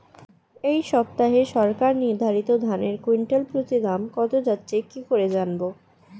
এই সপ্তাহে সরকার নির্ধারিত ধানের কুইন্টাল প্রতি দাম কত যাচ্ছে কি করে জানবো?